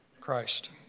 Christ